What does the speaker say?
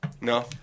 No